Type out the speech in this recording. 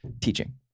teaching